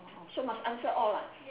so must answer all ah